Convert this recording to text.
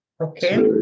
Okay